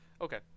Okay